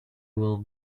will